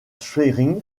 schwerin